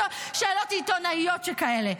שאלות עיתונאיות שכאלה.